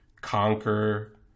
Conquer